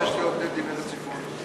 משאל עם במקום בחירות.